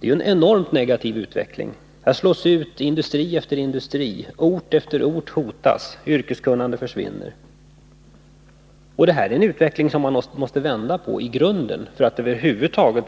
Det är en enormt negativ utveckling. Här slås industri efter industri ut, ort efter ort hotas och yrkeskunnande försvinner. Det är en utveckling som man måste vända på i grunden för att över huvud taget